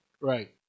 right